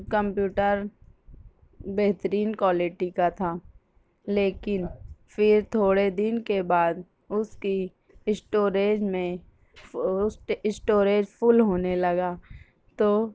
computer بہترین quality کا تھا لیکن پھر تھوڑے دن کے بعد اس کی اسٹوریج میں اسٹوریج فل ہونے لگا تو